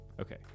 okay